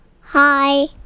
Hi